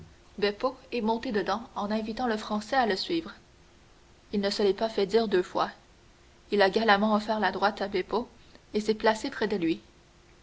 est monté dedans en invitant le français à le suivre il ne se l'est pas fait dire deux fois il a galamment offert la droite à beppo et s'est placé près de lui